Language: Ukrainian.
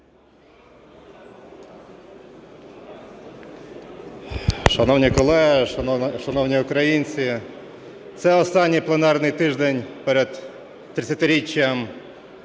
Шановні колеги, шановні українці, це останній пленарний тиждень перед 30-річчям